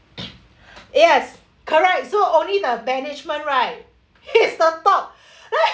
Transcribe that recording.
yes correct so only the management right he's the top